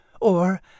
or